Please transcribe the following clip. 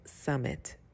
Summit